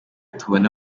tubona